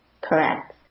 Correct